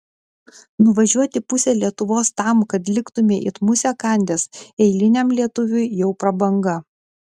nuvažiuoti pusę lietuvos tam kad liktumei it musę kandęs eiliniam lietuviui jau prabanga